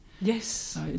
yes